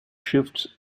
shifts